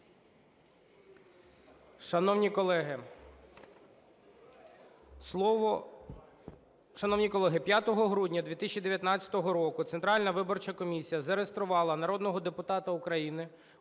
Шановні колеги, 5 грудня 2019 року Центральна виборча комісія зареєструвала народного депутата України,